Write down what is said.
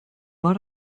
war